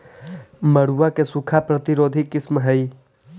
मड़ुआ के सूखा प्रतिरोधी किस्म हई?